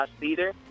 Theater